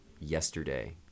yesterday